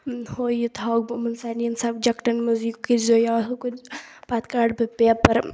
ہُہ یہِ تھاوَکھ بہٕ یِمَن سارنِیَن سَبجَکٹَن منٛز یہِ کٔرۍزیو یاد ہُہ کٔرۍزیو پَتہٕ کَڑٕ بہٕ پیپَر